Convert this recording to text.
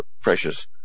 Precious